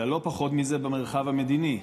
אלא לא פחות מזה, במרחב המדיני.